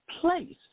place